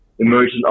emergent